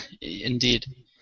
Indeed